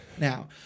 now